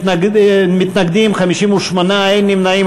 מתנגדים, 58, אין נמנעים.